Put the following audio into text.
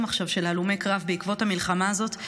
עכשיו של הלומי קרב בעקבות המלחמה הזאת.